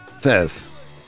says